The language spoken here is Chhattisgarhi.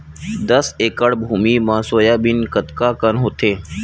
दस एकड़ भुमि म सोयाबीन कतका कन होथे?